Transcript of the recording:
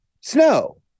Snow